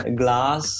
glass